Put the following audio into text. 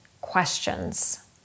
questions